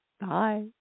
Bye